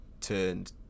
turned